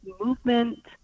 movement